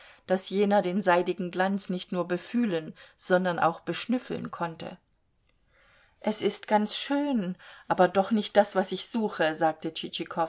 daß jener den seidigen glanz nicht nur befühlen sondern auch beschnüffeln konnte es ist ganz schön aber doch nicht das was ich suche sagte